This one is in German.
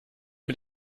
mit